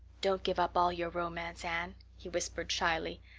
don't give up all your romance, anne, he whispered shyly,